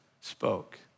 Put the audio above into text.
spoke